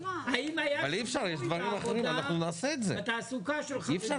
האם היה שינוי בעבודה בתעסוקה של חרדים -- אבל אי אפשר,